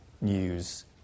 news